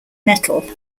metal